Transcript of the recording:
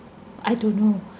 I don't know